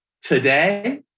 today